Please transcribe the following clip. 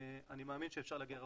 אני מאמין שאפשר להגיע רחוק.